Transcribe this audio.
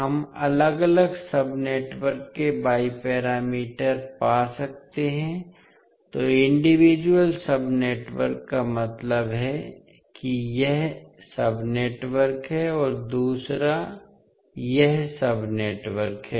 हम अलग अलग सब नेटवर्क के वाई पैरामीटर पा सकते हैं तो इंडिविजुअल सब नेटवर्क का मतलब है कि यह सब नेटवर्क है और दूसरा यह सब नेटवर्क है